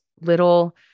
little